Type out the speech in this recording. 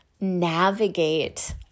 navigate